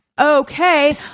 okay